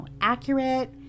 accurate